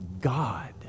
God